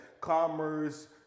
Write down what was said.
commerce